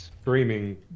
screaming